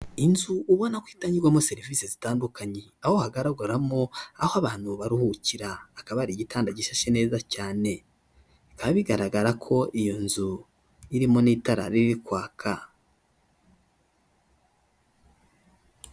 Inzu ubona ko itangirwamo serivisi zitandukanye, aho hagaragaramo aho abantu baruhukira, hakaba ari igitanda gishashe neza cyane, bikaba bigaragara ko iyo nzu irimo n'itara riri kwaka.